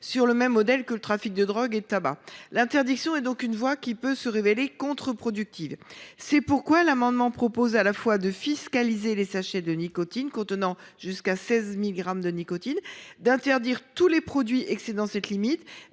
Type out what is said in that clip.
sur le même modèle que le trafic de drogue et de tabac, et peut donc se révéler une voie contre productive. C’est pourquoi l’amendement tend à la fois à fiscaliser les sachets de nicotine contenant jusqu’à 16 milligrammes de nicotine, à interdire tous les produits excédant cette limite,